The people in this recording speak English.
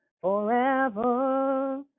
forever